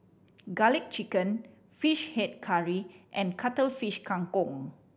Garlic Chicken Fish Head Curry and Cuttlefish Kang Kong